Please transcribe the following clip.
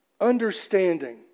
understanding